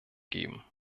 geben